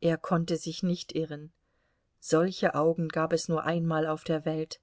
er konnte sich nicht irren solche augen gab es nur einmal auf der welt